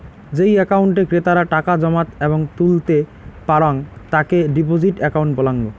যেই একাউন্টে ক্রেতারা টাকা জমাত এবং তুলতে পারাং তাকে ডিপোজিট একাউন্ট বলাঙ্গ